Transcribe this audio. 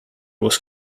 was